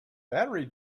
battery